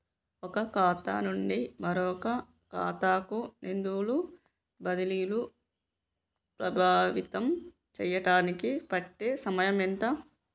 ఒక ఖాతా నుండి మరొక ఖాతా కు నిధులు బదిలీలు ప్రభావితం చేయటానికి పట్టే సమయం ఎంత?